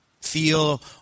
feel